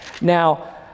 Now